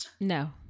no